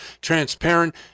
transparent